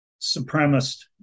supremacist